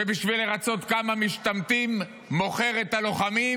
שבשביל לרצות כמה משתמטים, מוכר את הלוחמים,